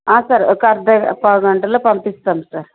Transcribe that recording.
sir ఒక అర్ధ పావుగంటలో పంపిస్తాం సార్